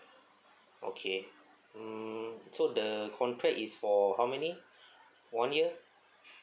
okay mm so the contract is for how many one year